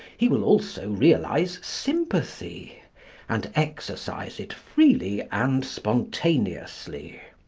he will also realise sympathy and exercise it freely and spontaneously.